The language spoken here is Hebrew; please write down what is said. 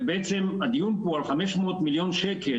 ובעצם הדיון פה על חמש מאות מיליון שקל,